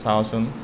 চাওঁচোন